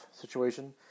situation